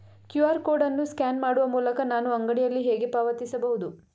QR code ಅನ್ನು scan ಮಾಡುವ ಮೂಲಕ ನಾನು ಅಂಗಡಿಯಲ್ಲಿ ಹೇಗೆ ಪಾವತಿಸಬಹುದು?